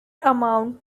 amount